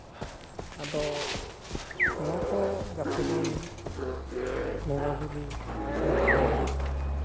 ᱟᱫᱚ ᱱᱚᱣᱟᱠᱚ ᱡᱟᱛᱮᱵᱚᱱ ᱵᱚᱸᱜᱟᱼᱵᱩᱨᱩ ᱥᱮ ᱫᱷᱚᱨᱚᱢ